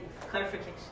Clarification